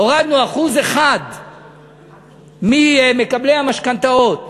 הורדנו 1% ממקבלי המשכנתאות,